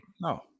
No